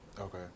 Okay